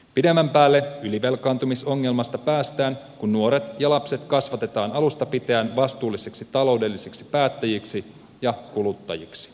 pidemmän päälle ylivelkaantumisongelmasta päästään kun nuoret ja lapset kasvatetaan alusta pitäen vastuullisiksi taloudellisiksi päättäjiksi ja kuluttajiksi